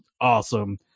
awesome